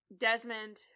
Desmond